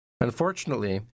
Unfortunately